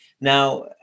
Now